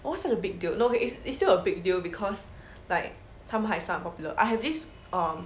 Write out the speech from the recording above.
what's the big deal no it's it's still a big deal because like 他们还算 popular I have this um